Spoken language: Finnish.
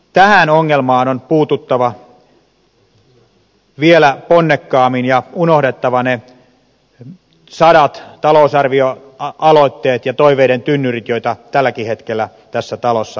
tähän ongelmaan on puututtava vielä ponnekkaammin ja unohdettava ne sadat talousarvioaloitteet ja toiveiden tynnyrit joita tälläkin hetkellä tässä talossa valmistellaan